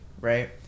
right